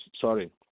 Sorry